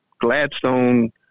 Gladstone